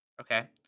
Okay